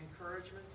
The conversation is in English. encouragement